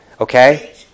Okay